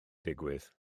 digwydd